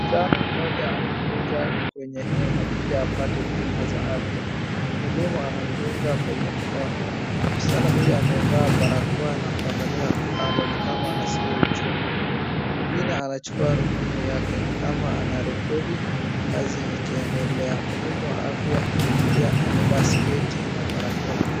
Msichana mmoja amekuja kwenye hema ili apate huduma za afya. Mhudumu anamdunga kwenye mkono, msichana huyo amevaa barakoa na kwangalia kando ni kama anaskia uchungu. Mwingine anachukua rununu yake ni kama anarekodi kazi ikiendelea. Mhudumu wa afya pia amevaa sketi na barakoa.